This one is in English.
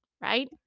right